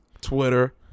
Twitter